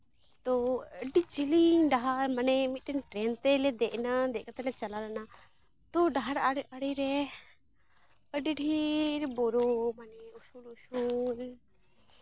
ᱛᱚ ᱟᱹᱰᱤ ᱡᱮᱞᱮᱧ ᱰᱟᱦᱟᱨ ᱢᱟᱱᱮ ᱢᱤᱫᱴᱮᱱ ᱴᱨᱮᱹᱱ ᱛᱮᱞᱮ ᱫᱮᱡ ᱮᱱᱟ ᱫᱮᱡ ᱠᱟᱛᱮ ᱞᱮ ᱪᱟᱞᱟᱣ ᱞᱮᱱᱟ ᱛᱚ ᱰᱟᱦᱟᱨ ᱟᱲᱮ ᱟᱲᱮ ᱨᱮ ᱟᱹᱰᱤ ᱰᱷᱮᱨ ᱵᱩᱨᱩ ᱢᱟᱱᱮ ᱩᱥᱩᱞ ᱩᱥᱩᱞ